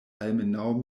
almenaŭ